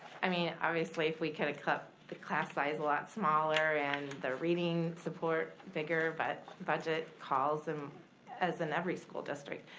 i mean obviously if we coulda cut the class size a lot smaller and the reading support bigger, but budget calls, um as as in every school district.